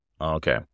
okay